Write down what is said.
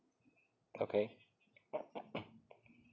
okay